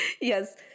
yes